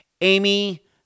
Amy